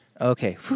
Okay